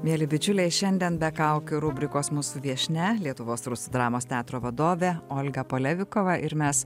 mieli bičiuliai šiandien be kaukių rubrikos mūsų viešnia lietuvos rusų dramos teatro vadovė olga polevikova ir mes